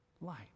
light